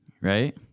right